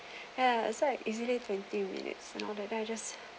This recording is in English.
ya it's like easily twenty minutes and all that then I just